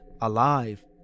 alive